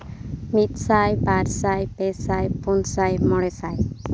ᱢᱤᱫ ᱥᱟᱭ ᱵᱟᱨ ᱥᱟᱭ ᱯᱮ ᱥᱟᱭ ᱯᱩᱱ ᱥᱟᱭ ᱢᱚᱬᱮ ᱥᱟᱭ